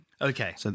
Okay